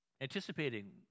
anticipating